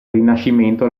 rinascimento